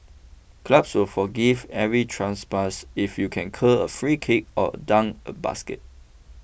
clubs will forgive every transpass if you can curl a free kick or dunk a basket